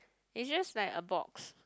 is just like a box